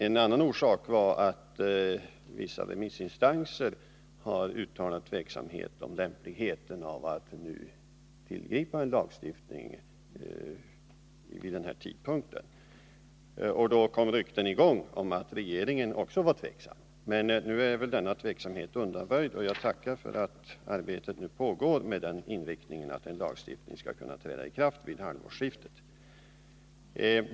En annan orsak var att vissa remissinstanser uttalade tveksamhet om lämpligheten av att tillgripa en lagstiftning vid den här tidpunkten, och då kom rykten i gång om att regeringen också var tveksam. Nu är väl denna tveksamhet undanröjd, och jag tackar för att arbetet nu pågår med den inriktningen att en lagstiftning skall kunna träda i kraft vid halvårsskiftet.